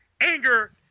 anger